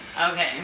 Okay